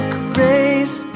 grace